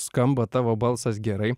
skamba tavo balsas gerai